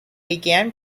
began